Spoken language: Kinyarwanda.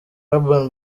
urban